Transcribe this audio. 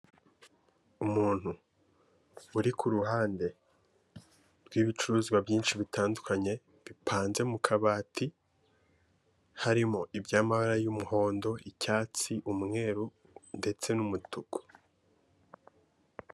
umuntu uri kuruhande rw'ibicuruzwa byinshi bitandukanye bipanze mu kabati, harimo ibyo amabara y'umuhondo, icyatsi, umweru ndetse n'umutuku